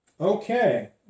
Okay